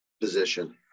position